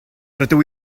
rydw